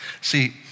See